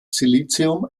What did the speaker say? silizium